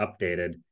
updated